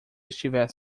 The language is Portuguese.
estiver